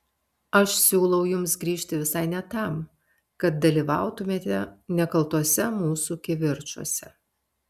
aš siūlau jums grįžti visai ne tam kad dalyvautumėte nekaltuose mūsų kivirčuose